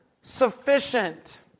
sufficient